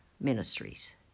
Ministries